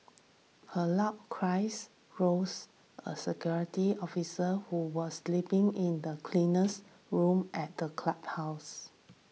her loud cries roused a security officer who was sleeping in the cleaner's room at the clubhouse